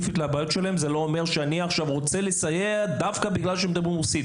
זה לא אומר שאני רוצה לסייע להם דווקא בגלל שהם מדברים רוסית,